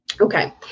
Okay